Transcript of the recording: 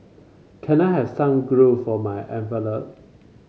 can I have some glue for my envelope